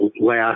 last